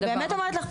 אני באמת אומרת לך,